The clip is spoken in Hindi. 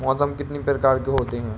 मौसम कितनी प्रकार के होते हैं?